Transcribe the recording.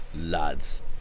lads